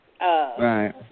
Right